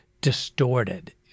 distorted